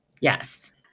Yes